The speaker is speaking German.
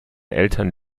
eltern